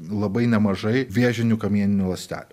labai nemažai vėžinių kamieninių ląstelių